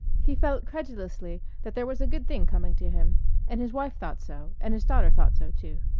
he felt credulously that there was a good thing coming to him and his wife thought so, and his daughter thought so too.